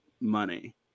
money